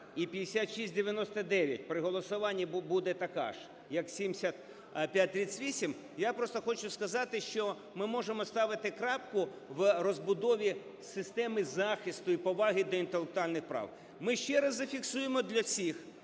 і 5699 при голосуванні буде така ж, як 7538, я просто хочу сказати, що ми можемо ставити крапку в розбудові системи захисту і поваги до інтелектуальних прав. Ми ще раз зафіксуємо для всіх,